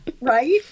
Right